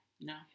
No